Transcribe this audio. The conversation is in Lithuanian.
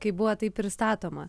kai buvo taip pristatoma